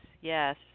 yes